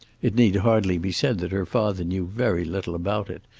it need hardly be said that her father knew very little about it,